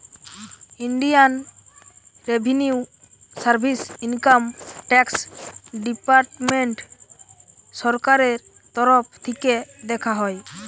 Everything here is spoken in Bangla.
Indian revenue service income tax department সরকারের তরফ থিকে দেখা হয়